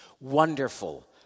Wonderful